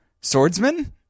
swordsman